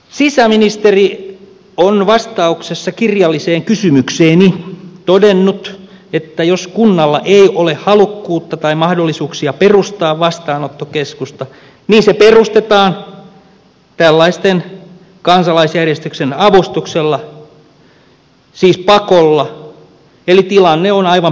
sisäministeri on vastauksessa kirjalliseen kysymykseeni todennut että jos kunnalla ei ole halukkuutta tai mahdollisuuksia perustaa vastaanottokeskusta niin se perustetaan tällaisen kansalaisjärjestön avustuksella siis pakolla eli tilanne on aivan pöyristyttävä